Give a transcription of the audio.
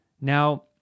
Now